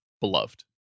beloved